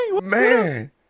man